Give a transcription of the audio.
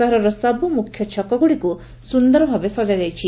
ସହରର ସବୁ ମୁଖ୍ୟ ଛକଗୁଡ଼ିକୁ ସୁନ୍ଦରଭାବେ ସଜାଯାଇଛି